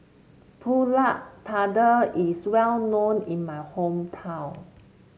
pulut Tatal is well known in my hometown